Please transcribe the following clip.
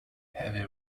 heavy